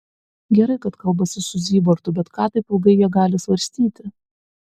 gerai kad kalbasi su zybartu bet ką taip ilgai jie gali svarstyti